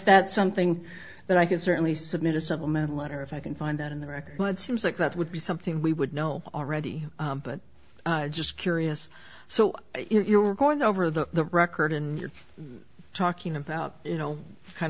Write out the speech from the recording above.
that's something that i can certainly submit a supplemental letter if i can find that in the record but it seems like that would be something we would know already but just curious so you're going over the record and you're talking about you know kind